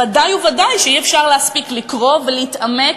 ודאי וודאי שאי-אפשר להספיק לקרוא ולהתעמק